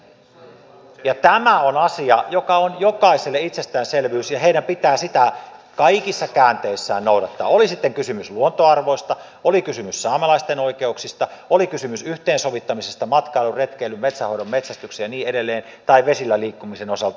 ja tämä on asia joka on jokaiselle itsestäänselvyys ja heidän pitää sitä kaikissa käänteissään noudattaa oli sitten kysymys luontoarvoista oli kysymys saamelaisten oikeuksista oli kysymys yhteensovittamisesta matkailun retkeilyn metsänhoidon metsästyksen ja niin edelleen tai vesillä liikkumisen osalta